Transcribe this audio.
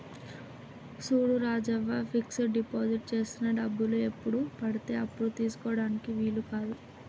చూడు Rajavva fix deposit చేసిన డబ్బులు ఎప్పుడు పడితే అప్పుడు తీసుకుటానికి వీలు కాదు